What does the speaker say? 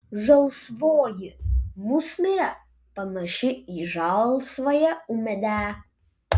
žalsvoji musmirė panaši į žalsvąją ūmėdę